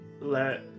let